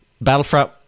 Battlefront